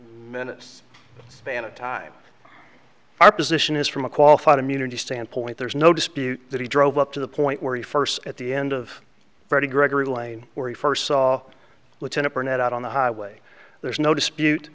minutes span of time our position is from a qualified immunity standpoint there's no dispute that he drove up to the point where he first at the end of friday gregory lane where he first saw lieutenant burnett out on the highway there's no dispute